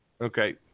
Okay